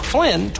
Flynn